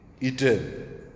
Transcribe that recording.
eaten